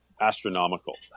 astronomical